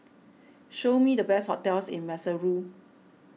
show me the best hotels in Maseru